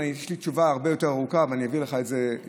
אני אצמצם תשובה הרבה יותר ארוכה שאני אעביר לך ישירות,